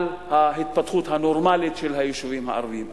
ההתפתחות הנורמלית של היישובים הערביים.